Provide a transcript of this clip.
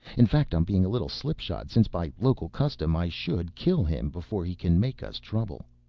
in fact i'm being a little slipshod, since by local custom i should kill him before he can make us trouble.